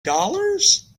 dollars